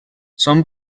són